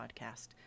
podcast